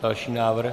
Další návrh.